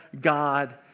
God